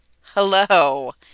hello